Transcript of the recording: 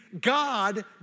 God